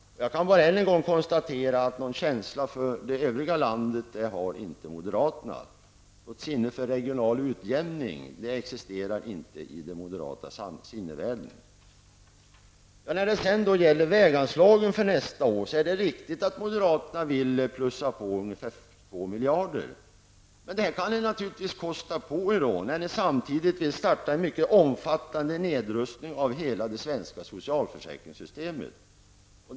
Jag kan bara än en gång konstatera att moderaterna inte har någon känsla för det övriga landet. Regional utjämning existerar inte i den moderata sinnevärlden. När det gäller väganslagen för nästa år är det riktigt att moderaterna vill öka på med ungefär två miljarder. Det kan ni naturligtvis kosta på er, eftersom ni samtidigt vill starta en mycket omfattande nedrustning av hela det svenska socialförsäkringssystemet.